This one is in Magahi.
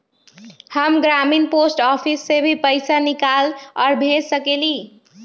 हम ग्रामीण पोस्ट ऑफिस से भी पैसा निकाल और भेज सकेली?